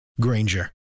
Granger